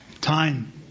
time